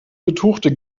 betuchte